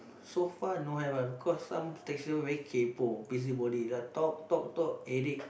so far don't have ah cause some taxi driver very kaypo busybody talk talk talk headache